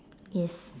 yes